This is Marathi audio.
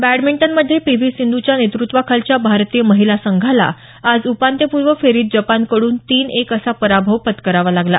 बॅडमिंटनमध्ये पी व्ही सिंधूच्या नेतृत्वातल्या भारतीय महिला संघाला आज उपान्त्यपूर्व फेरीत जपानकडून तीन एक असा पराभव पत्करावा लागला